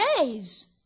days